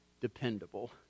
dependable